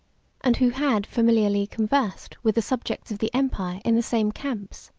and who had familiarly conversed with the subjects of the empire in the same camps,